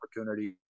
opportunity